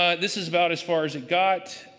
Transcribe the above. ah this is about as far as it got.